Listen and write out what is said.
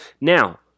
Now